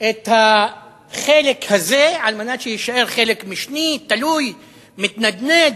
את החלק הזה, כדי שיישאר חלק משני, תלוי, מתנדנד,